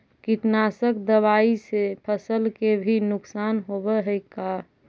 कीटनाशक दबाइ से फसल के भी नुकसान होब हई का?